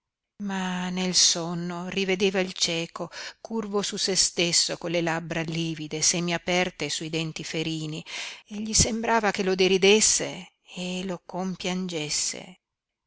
ma nel sonno rivedeva il cieco curvo su sé stesso con le labbra livide semiaperte sui denti ferini e gli sembrava che lo deridesse e lo compiangesse